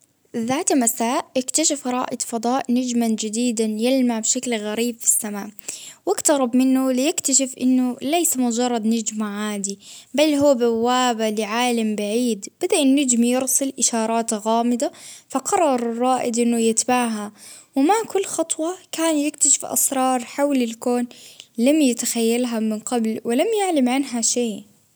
ذات مساء إكتشف رائد فضاء نجما جديدا يلمع بشكل غريب في السماء، وإقترب منه ليكتشف إنه ليس مجرد نجم عادي، بل هو بوابة لعالم بعيد، بدأ النجم يرسل إشارات غامضة ،فقرر الرائد إنه يتبعها، ومع كل خطوة كان يكتشف أسرار حول الكون لم يتخيلها من قبل، ولم يعلم عنها شيء.